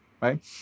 right